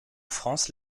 france